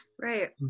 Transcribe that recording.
Right